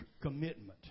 Commitment